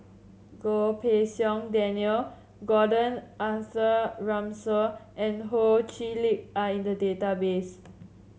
Goh Pei Siong Daniel Gordon Arthur Ransome and Ho Chee Lick are in the database